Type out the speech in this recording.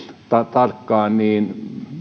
tarkkaan niin